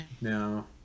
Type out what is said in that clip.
no